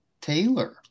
Taylor